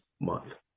month